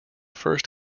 first